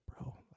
bro